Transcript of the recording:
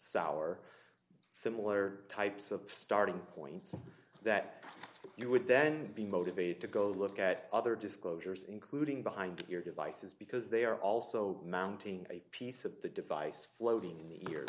sour similar types of starting points that you would then be motivated to go look at other disclosures including behind your devices because they are also mounting a piece of the device floating in the ear